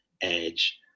edge